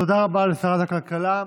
תודה רבה לשרת הכלכלה.